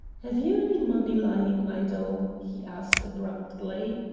have you any money lying idle? he asked abruptly.